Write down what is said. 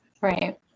Right